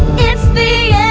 it's the